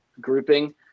grouping